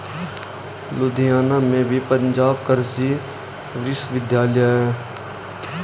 लुधियाना में भी पंजाब कृषि विश्वविद्यालय है